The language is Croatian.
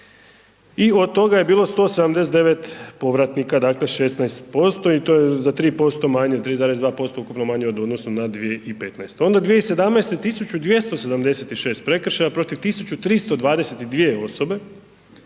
i od toga je bilo 179 povratnika, dakle 16% i to je za 3% manje, za 3,2% ukupno manje od u odnosu na 2015., onda 2017. 1276 prekršaja protiv 1322 osobe,